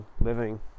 living